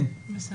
כן, בבקשה.